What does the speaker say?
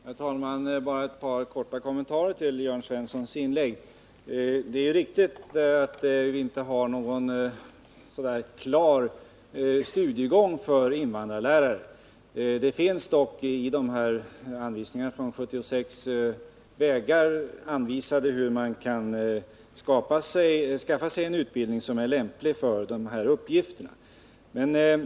Herr talman! Jag vill göra ett par korta kommentarer till Jörn Svenssons inlägg. Det är riktigt att vi inte har någon klar studiegång för invandrarlärare. Det finns dock i reglerna från 1976 vägar anvisade för hur man kan skaffa sig en utbildning som är lämplig för dessa uppgifter.